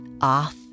off